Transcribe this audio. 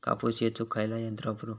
कापूस येचुक खयला यंत्र वापरू?